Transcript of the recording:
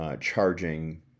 charging